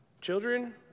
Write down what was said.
Children